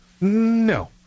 No